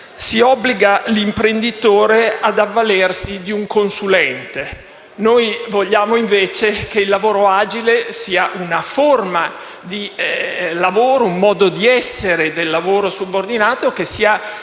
piccole e medie ad avvalersi di un consulente. Noi vogliamo invece che il lavoro agile sia una forma di lavoro, un modo di essere del lavoro subordinato, direttamente